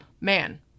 man